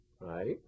right